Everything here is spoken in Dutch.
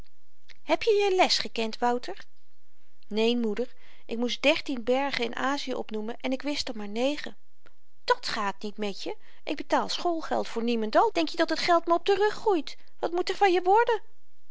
heb je je les gekend wouter neen moeder ik moest dertien bergen in azië opnoemen en ik wist er maar negen dat gaat niet met je ik betaal schoolgeld voor niemendal denk je dat het geld me op den rug groeit wat moet er van je worden